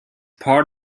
part